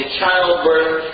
childbirth